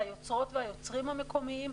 על היוצרות והיוצרים המקומיים.